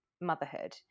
motherhood